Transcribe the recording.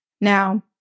Now